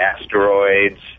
asteroids